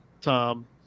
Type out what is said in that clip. Tom